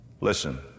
Listen